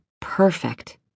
perfect